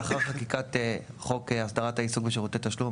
לאחר חקיקת חוק הסדרת העיסוק בשירותי תשלום,